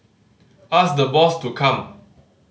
ask the boss to come